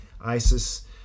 Isis